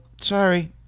sorry